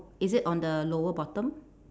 is it on the lower bottom